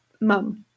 mum